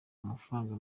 amafaranga